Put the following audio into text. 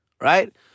Right